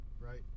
right